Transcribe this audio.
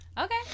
Okay